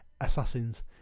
assassins